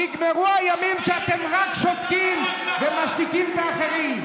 נגמרו הימים שאתם רק משתיקים את האחרים.